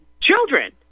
children